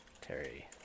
Terry